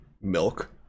milk